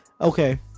okay